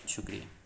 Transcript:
شکریہ